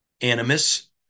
animus